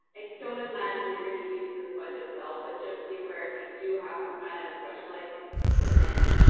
like don't imagine you're going to use this budget cell, but just be aware if you do have some kind of specialized piece of equipment,